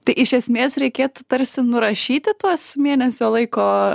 tai iš esmės reikėtų tarsi nurašyti tuos mėnesio laiko